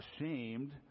ashamed